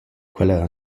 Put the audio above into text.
quella